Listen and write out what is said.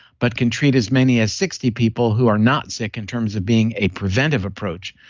but can treat as many as sixty people who are not sick in terms of being a preventive approach.